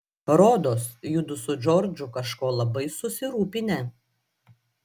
rodos judu su džordžu kažko labai susirūpinę